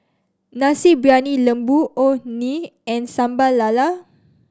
Nasi Briyani Lembu Orh Nee and Sambal Lala